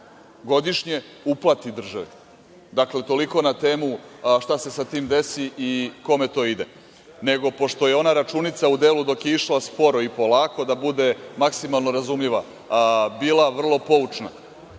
godišnje uplati državi. Dakle, toliko na temu šta se sa tim desi i kome to ide. Nego, pošto je ona računica u delu dok je išla sporo i polako, da bude maksimalno razumljiva, bila vrlo poučna,